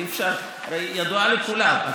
הרי היא ידועה לכולם.